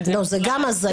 זו גם הזיה.